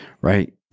right